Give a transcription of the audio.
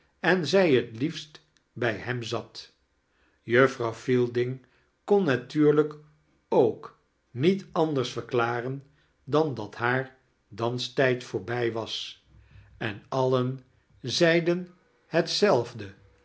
en zij het liefst bij hem zat juffrouw fielding kon natuurlijk ook niet anders verklaren dan dat haar danstijd voorbij was en alien zeichaeles